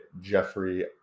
jeffrey